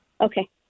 Okay